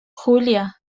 julia